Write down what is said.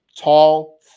tall